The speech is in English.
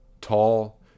tall